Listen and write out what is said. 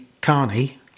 Carney